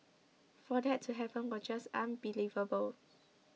for that to happen was just unbelievable